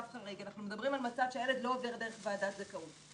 אנחנו מדברים על מצב שהילד לא עובר דרך ועדת זכאות.